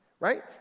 Right